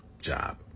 job